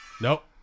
Nope